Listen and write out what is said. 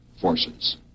forces